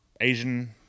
Asian